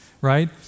right